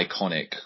iconic